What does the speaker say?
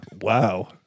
Wow